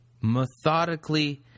methodically